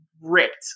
ripped